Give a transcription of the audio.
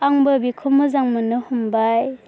आंबो बिखौ मोजां मोननो हमबाय